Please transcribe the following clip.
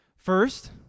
First